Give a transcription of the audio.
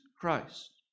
Christ